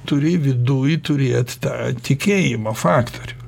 turi viduj turėt tą tikėjimo faktorių